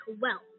wealth